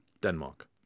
Denmark